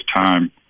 time